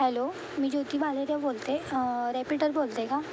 hello मी ज्योति भालेरे बोलते repeater बोलत आहे का